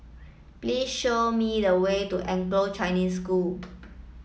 please show me the way to Anglo Chinese School